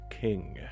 King